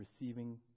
Receiving